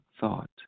thought